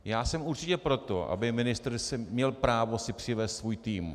Já jsem určitě pro to, aby ministr měl právo si přivést svůj tým.